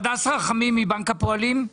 הדס רחמים מבנק הפועלים.